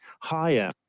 higher